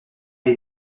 est